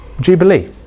Jubilee